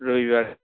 ৰবিবাৰে